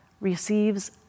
receives